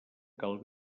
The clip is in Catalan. cal